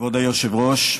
כבוד היושב-ראש,